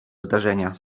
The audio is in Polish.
zdarzenia